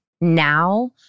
Now